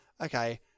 okay